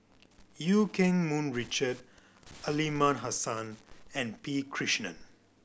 Eu Keng Mun Richard Aliman Hassan and P Krishnan